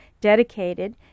dedicated